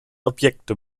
objekte